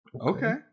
Okay